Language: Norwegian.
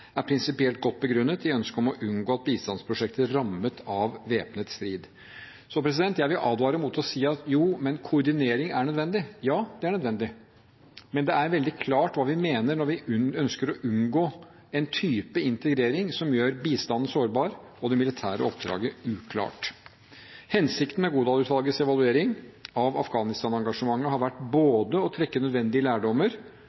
er prinsipielt godt begrunnet i ønsket om å unngå at bistandsprosjekter rammes av væpnet strid.» Jeg vil advare mot å si at – jo, men koordinering er nødvendig. Ja, det er nødvendig, men det er veldig klart hva vi mener når vi ønsker å unngå en type integrering som gjør bistanden sårbar og det militære oppdraget uklart. Hensikten med Godal-utvalgets evaluering av Afghanistan-engasjementet har vært